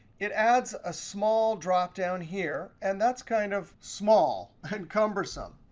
it adds a small dropdown here. and that's kind of small and cumbersome.